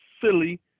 silly